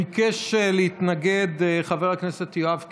ביקש להתנגד חבר הכנסת יואב קיש.